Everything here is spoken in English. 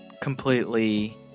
completely